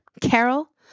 Carol